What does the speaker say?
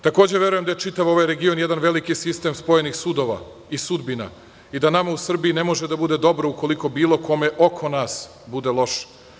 Takođe, verujem da je čitav ovaj region jedan veliki sistem spojenih sudova i sudbina i da nama u Srbiji ne može da bude dobro ukoliko bilo kome oko nas bude loše.